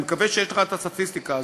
אני מקווה שיש לך את הסטטיסטיקה הזאת,